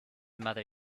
mother